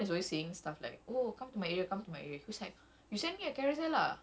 but it tells you lah something so I was like okay